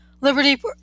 Liberty